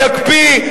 יקפיא,